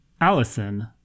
Allison